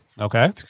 Okay